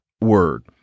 word